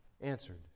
answered